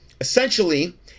Essentially